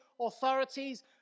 authorities